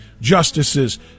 Justices